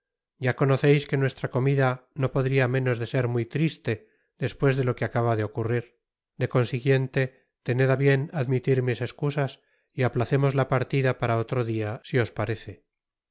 ya conocereis que nuestra comida no podria menos de ser'muy triste despues de lo que acaba de ocurrir de consiguiente tened á bien admitir mis escusas y aplazemos la partida para otro dia si os parece